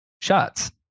shots